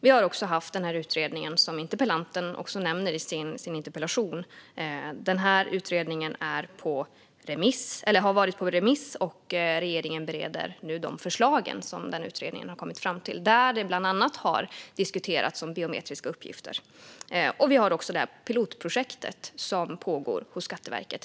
Det har gjorts en utredning, som interpellanten nämner i sin interpellation. Den utredningen har varit ute på remiss, och regeringen bereder nu de förslag som finns i utredningen. I utredningen har man bland annat diskuterat biometriska uppgifter. Vi har också det pilotprojekt som pågår hos Skatteverket.